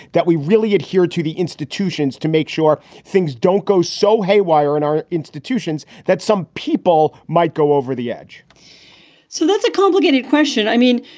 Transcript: that we really adhere to the institutions to make sure things don't go so haywire in our institutions that some people might go over the edge so that's a complicated question. i mean,